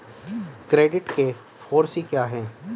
Credit के four C क्या हैं?